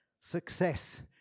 success